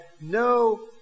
no